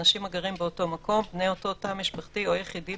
"אנשים הגרים באותו מקום" בני אותו תא משפחתי או יחידים